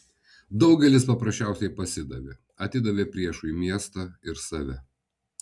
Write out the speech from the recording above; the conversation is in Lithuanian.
daugelis paprasčiausiai pasidavė atidavė priešui miestą ir save